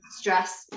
stress